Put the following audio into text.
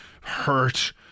hurt